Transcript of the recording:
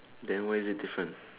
then where is it different